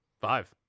five